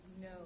No